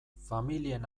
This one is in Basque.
familien